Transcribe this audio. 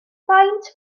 faint